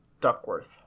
Duckworth